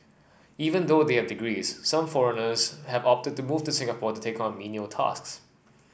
even though they have degrees some foreigners have opted to move to Singapore to take on menial tasks